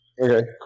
Okay